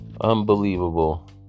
Unbelievable